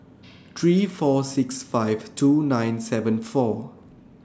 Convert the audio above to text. three four six five two nine seven four